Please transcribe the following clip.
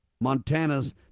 Montana's